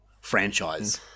franchise